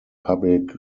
public